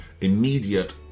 immediate